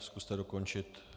Zkuste dokončit.